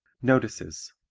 notices